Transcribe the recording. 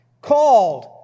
Called